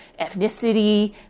ethnicity